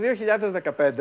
2015